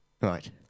Right